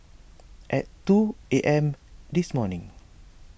at two A M this morning